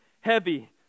heavy